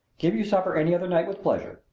give you supper any other night with pleasure.